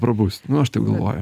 prabusti nu aš taip galvoju